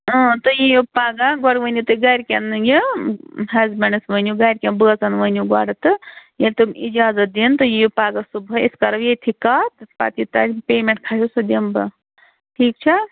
تُہۍ یِیِو پَگاہ گۄڈٕ ؤنِو تُہۍ گَرِکٮ۪ن یہِ ہَسبنٛڈَس ؤنِو گَرِکٮ۪ن بٲژَن ؤنِو گۄڈٕ تہٕ ییٚلہِ تِم اِجازت دِنۍ تہٕ یِیِو پَگاہ صُبحٲے أسۍ کَرو ییٚتھی کَتھ تہٕ پَتہٕ یہِ تُہۍ پیمٮ۪نٛٹ کھسو سُہ دِمہٕ بہٕ ٹھیٖک چھا حظ